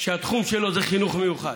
שהתחום שלו זה חינוך מיוחד,